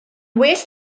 well